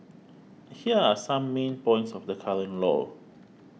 here are some main points of the current law